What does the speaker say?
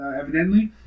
evidently